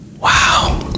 Wow